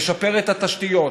משפרת את התשתיות,